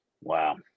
Wow